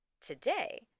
today